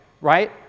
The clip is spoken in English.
right